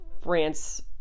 France